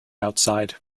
outside